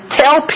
tell